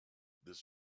this